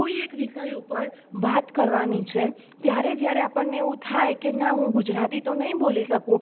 કોઈ એક વિષય ઉપર વાત કરવાની છે ત્યારે જ્યારે આપણને એવું થાયે ના હું ગુજરાતી તો નહીં બોલી શકું